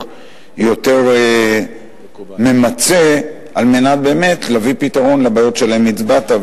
ממצה יותר כדי להביא פתרון לבעיות שעליהן הצבעת,